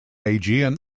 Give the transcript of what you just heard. aegean